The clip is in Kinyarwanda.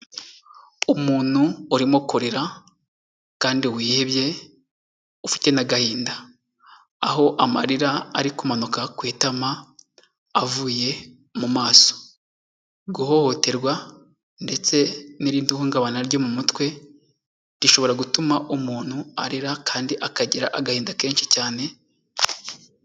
Umuntu urimo kurira kandi wihebye ufite n'agahinda. Aho amarira ari kumanuka ku itama avuye mu maso. Guhohoterwa ndetse n'irindi hungabana ryo mu mutwe rishobora gutuma umuntu arira kandi akagira agahinda kenshi cyane.